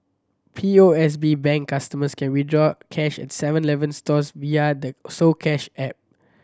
P O S B Bank customers can withdraw cash at Seven Eleven stores via the soCash app